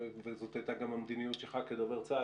וזאת הייתה גם המדיניות שלך כדובר צה"ל,